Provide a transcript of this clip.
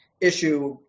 issue